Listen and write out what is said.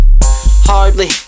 hardly